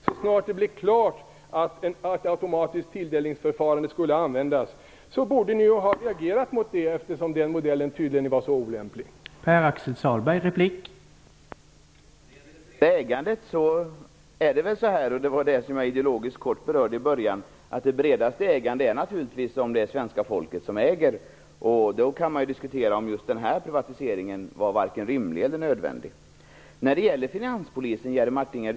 Så snart det blev klart att ett automatiskt tilldelningsförfarande skulle användas borde ni i så fall ha reagerat mot det, om den modellen nu var förenad med så många nackdelar.